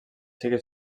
seguir